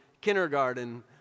kindergarten